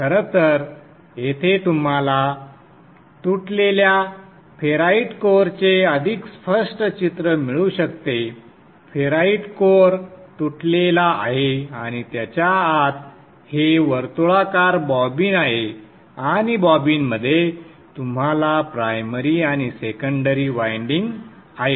खरं तर येथे तुम्हाला तुटलेल्या फेराइट कोअरचे अधिक स्पष्ट चित्र मिळू शकते फेराइट कोअर तुटलेला आहे आणि त्याच्या आत हे वर्तुळाकार बॉबिन आहे आणि बॉबिनमध्ये तुम्हाला प्रायमरी आणि सेकंडरी वायंडिंग आहेत